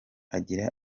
agira